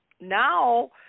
now